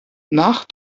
nach